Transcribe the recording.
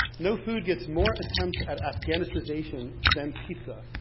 no food gets more attempts at afghanization than pizza.